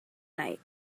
night